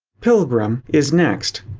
pilgrim is next.